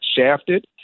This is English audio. shafted